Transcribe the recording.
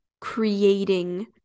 creating